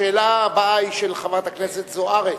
השאלה הבאה היא של חברת הכנסת זוארץ,